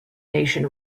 nation